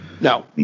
No